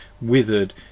withered